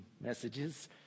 messages